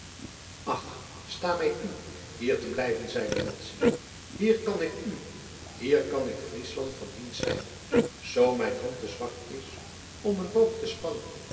ach sta mij toe hier te blijven zeide madzy hier kan ik u hier kan ik friesland van dienst zijn zoo mijn hand te zwak is om een boog te spannen